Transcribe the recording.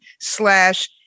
slash